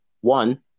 one